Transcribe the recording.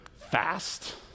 fast